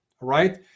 right